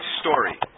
story